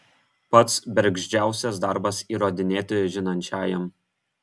pats bergždžiausias darbas įrodinėti žinančiajam